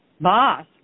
Boss